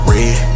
Red